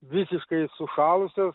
visiškai sušalusios